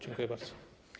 Dziękuję bardzo.